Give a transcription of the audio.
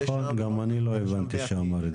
נכון, גם אני לא הבנתי שהוא אמר את זה.